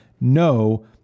no